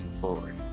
forward